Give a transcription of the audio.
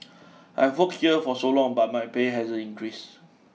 I've worked here for so long but my pay hasn't increased